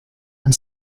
and